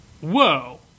whoa